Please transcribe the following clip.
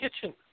kitchen